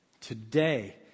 today